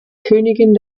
königin